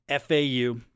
FAU